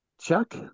Chuck